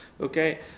Okay